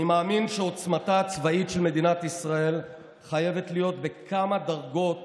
אני מאמין שעוצמתה הצבאית של ישראל חייבת להיות בכמה דרגות